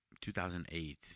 2008